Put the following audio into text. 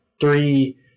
three